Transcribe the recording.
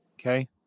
Okay